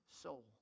soul